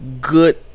good